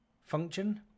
function